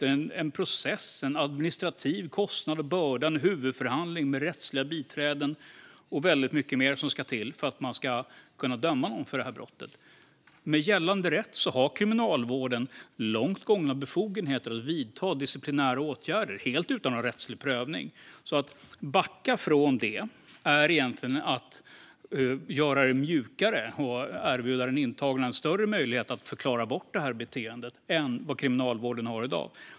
Det är en process med en administrativ kostnad och börda, en huvudförhandling med rättsliga biträden och väldigt mycket mer som ska till för att man ska kunna döma någon för brottet. Med gällande rätt har kriminalvården långt gångna befogenheter att vidta disciplinära åtgärder helt utan någon rättslig prövning. Att backa från detta är egentligen att göra det mjukare och erbjuda den intagne en större möjlighet att förklara bort beteendet än vad som gäller i dag.